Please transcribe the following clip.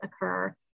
occur